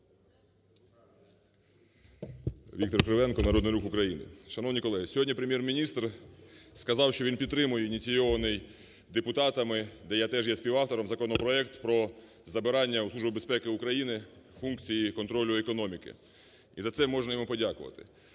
Віктор Кривенко, Народний Рух України. Шановні колеги, сьогодні Прем'єр-міністр сказав, що він підтримує ініційований депутатами, де я теж є співавтором, законопроект про забирання у Служби безпеки України функції контролю економіки. І за це можна йому подякувати.